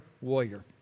warrior